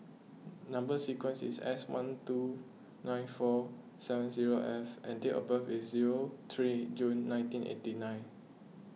Number Sequence is S one two nine four seven zero F and date of birth is zero three June nineteen eighty nine